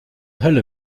hölle